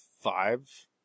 Five